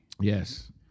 Yes